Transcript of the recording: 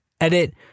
Edit